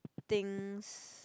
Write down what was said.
things